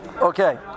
okay